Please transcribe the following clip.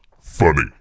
funny